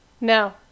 no